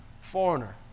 foreigner